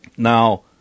Now